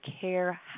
care